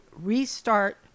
restart